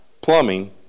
plumbing